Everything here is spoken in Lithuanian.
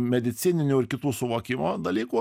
medicininių ir kitų suvokimo dalykų